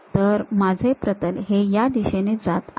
तर माझे प्रतल हे या दिशेने जात आहे